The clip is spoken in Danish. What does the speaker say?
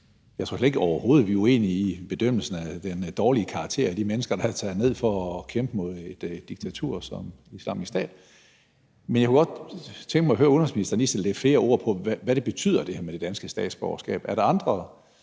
Jeg tror overhovedet ikke, vi er uenige om bedømmelsen af den dårlige karakter af de mennesker, der er taget ned for at kæmpe for et diktatur som Islamisk Stat, men jeg kunne godt tænke mig at høre udenrigsministeren lige sætte lidt flere ord på, hvad det her med det danske statsborgerskab betyder. Er der andre